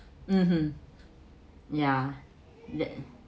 mmhmm yeah that